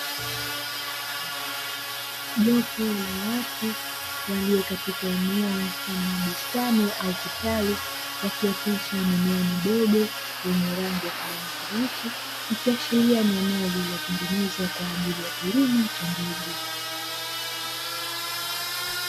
Jopo la watu walio katika eneo mfano wa bustani au kitalu wakiotesha mimea midogo yenye rangi ya kijani kibichi, ikiashiria ni eneo lililotengenezwa kwa ajili ya kilimo cha mbegu.